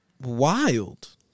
Wild